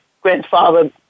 grandfather